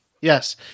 Yes